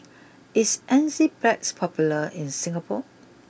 is Enzyplex popular in Singapore